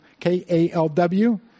KALW